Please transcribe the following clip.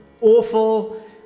awful